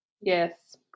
yes